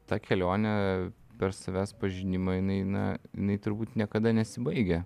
ta kelionė per savęs pažinimą jinai na jinai turbūt niekada nesibaigia